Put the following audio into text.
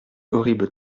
horrible